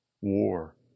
war